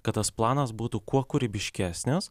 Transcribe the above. kad tas planas būtų kuo kūrybiškesnis